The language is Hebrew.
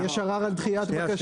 יש ערר על דחיית בקשה.